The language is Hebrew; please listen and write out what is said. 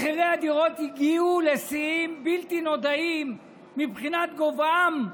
מחירי הדירות הגיעו לשיאים בלתי נודעים מבחינת גובהם,